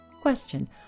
question